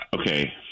Okay